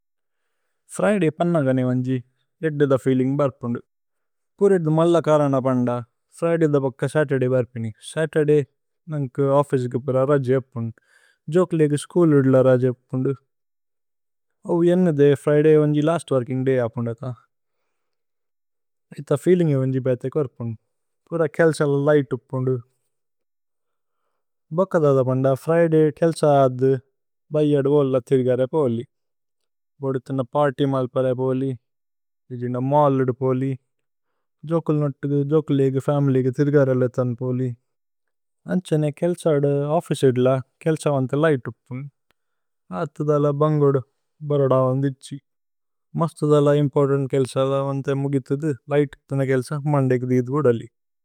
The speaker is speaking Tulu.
ഫ്രിദയ് പന്ന ഗനേ വന്ജി ഇദ്ദ ദ ഫീലിന്ഗ് ബര്ക്പുന്ദു। പുര ഇദ്ദ മല്ല കരന പന്ദ, ഫ്രിദയ് ദ ബക്ക സതുര്ദയ് ബര്ക്പിനി। സതുര്ദയ് നന്കു ഓഫ്ഫിചേ കേ പുര രജ് ജേപ്പുന്ദു। ജോകേ ലേഗേ സ്കൂല് ഇദ്ദ രജ് ജേപ്പുന്ദു। ഓവ് യേന്നിദേ ഫ്രിദയ് വന്ജി ലസ്ത് വോര്കിന്ഗ് ദയ് അക്പുന്ദേത। ഇത്ത ഫീലിന്ഗേ വന്ജി ബേഥേ കോര്ക്പുന്ദു। പുര കേല്സല ലിഘ്ത് ഉപ്പുന്ദു। ഭക്ക ദദ പന്ദ, ഫ്രിദയ് കേല്സ അദ്ദു। ഭ്യേ അദു ഓല്ല ഥിര്ഗരേ പോലി। പര്ത്യ് മല് പരേ പോലി। ഇജ്ജിന്ദ മല്ല് ഇദ്ദ പോലി। ജോകേ ലേഗേ ഫമില്യ് കേ ഥിര്ഗരേ ലേതന് പോലി। അന്ഛേ നേ കേല്സ അദ്ദു ഓഫ്ഫിചേ ഇദ്ദ ല। കേല്സ വന്തേ ലിഘ്ത് ഉപ്പുന്ദു। അത്ത ദല ബന്ഗുദു ബരുദ വന്ദി ഇദ്ജി। മസ്തു ദല ഇമ്പോര്തന്ത് കേല്സല വന്തേ മുഗിഥു ഇദ്ദു। ലിഘ്ത് ഉപ്തന കേല്സ മന്ദേ ഇദ്ദ ഇദ്ദ ഉദലി।